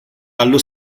allo